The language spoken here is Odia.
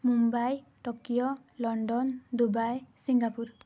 Mumbai Tokyo London Dubai Singapore